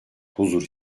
huzur